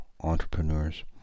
Entrepreneurs